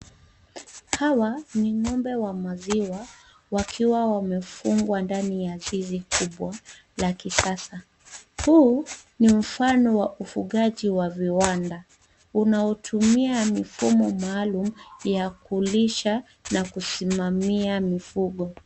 Hawa ni ngombe wa maziwa wakiwa wamefungwa ndani ya zizi kubwa la kisasa. Huu ni mfano wa ufugaji wa viwanda unotumia mfumo maalum ya kulisha na kusimamia mifugo.